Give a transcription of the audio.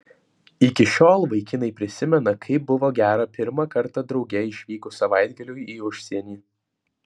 iki šiol vaikinai prisimena kaip buvo gera pirmą kartą drauge išvykus savaitgaliui į užsienį